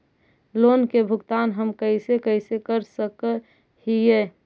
Loan के भुगतान हम कैसे कैसे कर सक हिय?